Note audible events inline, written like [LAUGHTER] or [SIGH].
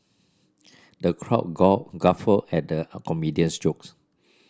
the crowd [UNINTELLIGIBLE] guffawed at the a comedian's jokes